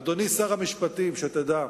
אדוני שר המשפטים, שתדע: